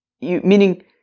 meaning